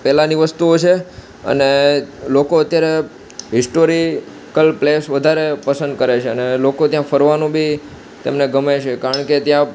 પહેલાંની વસ્તુઓ છે અને લોકો અત્યારે હિસ્ટોરિકલ પ્લેસ વધારે પસંદ કરે છે અને લોકો ત્યાં ફરવાનું બી તેમને ગમે છે કારણ કે ત્યાં